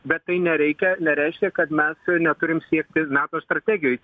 bet tai nereikia nereiškia kad mes neturim siekti nato strategijoj